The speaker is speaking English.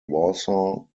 warsaw